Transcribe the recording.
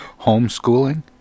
homeschooling